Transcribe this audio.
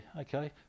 okay